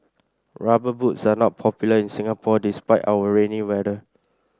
rubber boots are not popular in Singapore despite our rainy weather